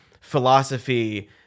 philosophy